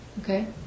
Okay